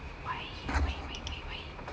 wey wey wey wey wey